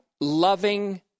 loving